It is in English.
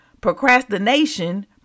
procrastination